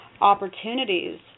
opportunities